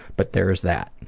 but there's that.